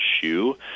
shoe